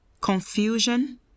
confusion